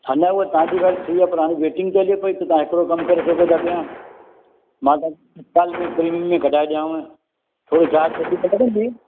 अञा हूअ तव्हांजी ॻाल्हि सही आहे पर हाणे वैटिंग त हले पई तव्हां हिकिड़ो कमु करे सघो था पिया मां तत्काल में करीमी में कढाए ॾियांव थोरी चार्ज वधीक लगंदी